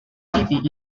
city